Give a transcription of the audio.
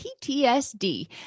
PTSD